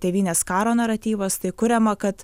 tėvynės karo naratyvas tai kuriama kad